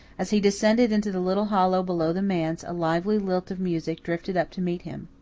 as he descended into the little hollow below the manse a lively lilt of music drifted up to meet him.